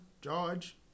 George